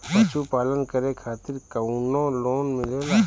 पशु पालन करे खातिर काउनो लोन मिलेला?